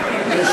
בית אחד,